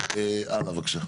הלאה בבקשה.